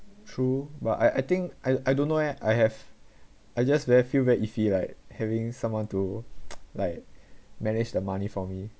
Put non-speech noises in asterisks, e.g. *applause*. true but I I think I I don't know eh I have I just very feel very iffy like having someone to *noise* like manage the money for me